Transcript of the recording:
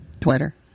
Twitter